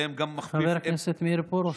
והם גם, חבר הכנסת מאיר פרוש.